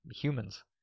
humans